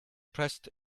pressed